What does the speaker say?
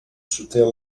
soutenir